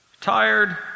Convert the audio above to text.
tired